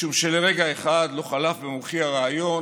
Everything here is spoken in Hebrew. משום שלרגע אחד לא חלף במוחי הרעיון